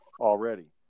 already